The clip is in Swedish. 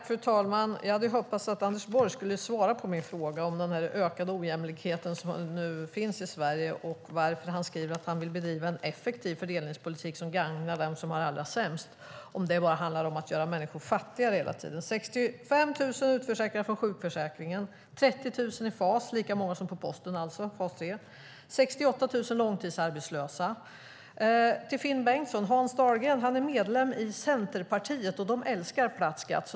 Fru talman! Jag hade hoppats att Anders Borg skulle svara på min fråga om den ökade ojämlikhet som nu finns i Sverige och varför han skriver att han vill bedriva en effektiv fördelningspolitik som gagnar dem som har det allra sämst, om det bara handlar om att göra människor fattigare. Vi har 65 000 utförsäkrade från sjukförsäkringen, 30 000 i fas 3 - lika många som på Posten, alltså - och 68 000 långtidsarbetslösa. Till Finn Bengtsson vill jag säga att Hans Dahlgren är medlem i Centerpartiet. De älskar platt skatt.